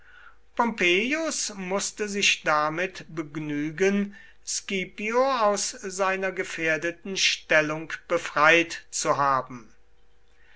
mußte sich damit begnügen scipio aus seiner gefährdeten stellung befreit zu haben